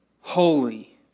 Holy